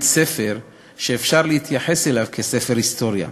ספר שאפשר להתייחס אליו כספר היסטוריה.